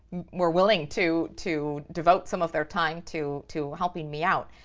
were willing to to devote some of their time to to helping me out.